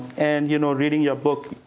and you know reading your book,